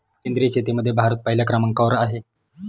सेंद्रिय शेतीमध्ये भारत पहिल्या क्रमांकावर आहे